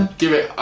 give it